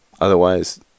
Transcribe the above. Otherwise